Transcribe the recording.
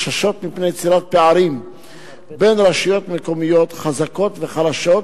כן הועלו חששות מפני יצירת פערים בין רשויות מקומיות חזקות לחלשות,